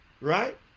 right